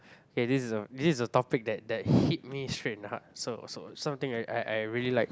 K this is the this is the topic that that hit me straight in heart so so something I I I really like